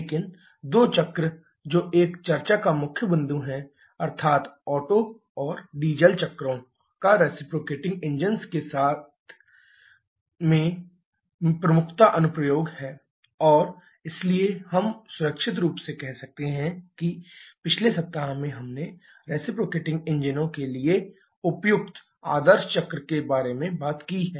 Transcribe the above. लेकिन दो चक्र जो एक चर्चा का मुख्य बिंदु है अर्थात् ओटो और डीजल चक्रों का रिसिप्रोकेटिंग इंजंस के क्षेत्र में प्रमुखता अनुप्रयोग है और इसलिए हम सुरक्षित रूप से कह सकते हैं कि पिछले सप्ताह में हमने रेसिप्रोकेटिंग इंजनों के लिए उपयुक्त आदर्श चक्र के बारे में बात की है